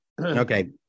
Okay